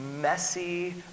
messy